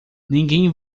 ninguém